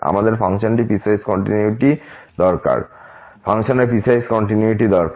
আমাদের ফাংশনের piecewise continuity দরকার